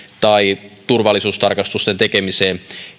tai turvallisuustarkastusten tekemiseen